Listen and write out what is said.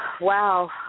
wow